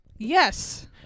Yes